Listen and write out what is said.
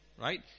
right